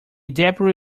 deputy